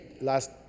last